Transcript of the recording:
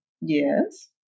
Yes